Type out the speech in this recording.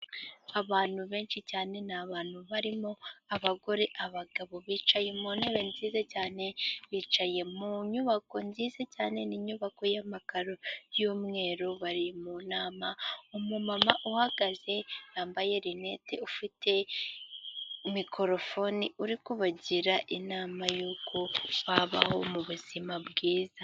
Abantu benshi cyane ni abantu barimo abagore, abagabo. Bicaye mu ntebe nziza cyane bicaye mu nyubako nziza cyane ni inyubako y'amakaro y'umweru. Bari mu nama umumama uhagaze yambaye rinete ufite mikorofone uri kubagira inama y'uko babaho mu buzima bwiza.